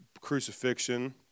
crucifixion